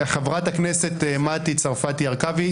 חברת הכנסת מטי צרפתי הרכבי,